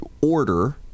order